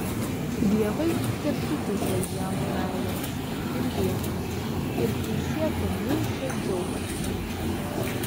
dievai tesuteikia jam meilės ir juoko ir teisėto mūšio džiaugsmo